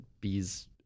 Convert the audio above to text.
bees